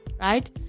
right